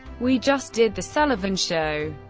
we just did the sullivan show.